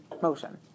motion